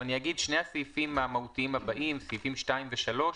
שני הסעיפים המהותיים הבאים, סעיפים 2 ו-3,